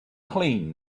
clean